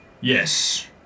Yes